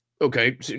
Okay